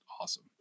awesome